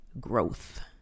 growth